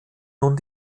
nun